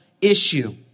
issue